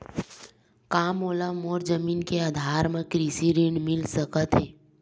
का मोला मोर जमीन के आधार म कृषि ऋण मिल सकत हे?